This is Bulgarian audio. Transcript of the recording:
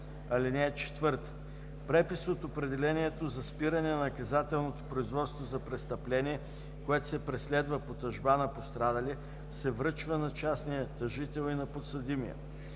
е отпаднало. (4) Препис от определението за спиране на наказателното производство за престъпление, което се преследва по тъжба на пострадалия, се връчва на частния тъжител и на подсъдимия.